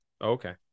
Okay